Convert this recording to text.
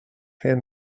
hyn